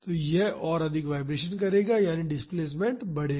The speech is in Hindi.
तो यह और अधिक वाईब्रेशन करेगा यानी डिस्प्लेसमेंट बढ़ेगा